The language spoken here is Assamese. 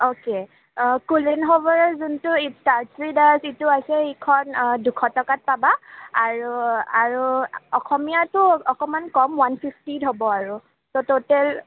অকে কুলেন হবাৰৰ যোনটো ইষ্টাৰ্টছ উইথ আছ এইটো আছে সেইখন দুশ টকাত পাবা আৰু আৰু অসমীয়াটো অকণমান কম ওৱান ফিফটিত হ'ব আৰু ত' ট'টেল